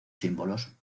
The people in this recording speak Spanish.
símbolos